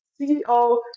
CEO